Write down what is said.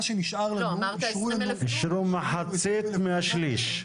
אישרו מחצית מהשליש.